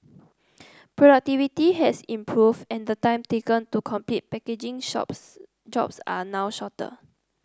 productivity has improved and the time taken to complete packing shops jobs are now shorter